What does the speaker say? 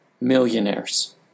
millionaires